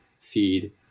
feed